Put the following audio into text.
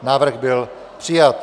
Návrh byl přijat.